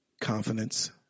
confidence